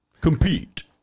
Compete